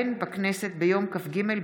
הצעת חוק יסודות התקציב (תיקון,